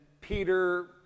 Peter